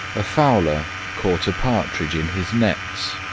a fowler caught a partridge in his nets,